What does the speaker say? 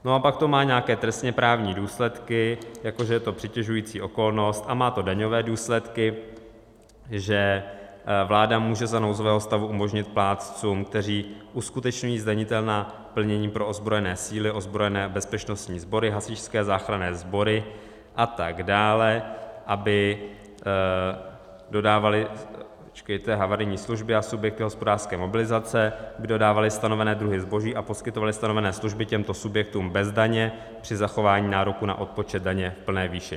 A pak to má nějaké trestněprávní důsledky, jako že je to přitěžující okolnost, a má to daňové důsledky, že vláda může za nouzového stavu umožnit plátcům, kteří uskutečňují zdanitelná plnění pro ozbrojené síly, ozbrojené bezpečnostní sbory, hasičské záchranné sbory a tak dále, aby dodávali... počkejte... havarijní služby a subjekty hospodářské mobilizace stanovené druhy zboží a poskytovali stanovené služby těmto subjektům bez daně při zachování nároku na odpočet daně v plné výši.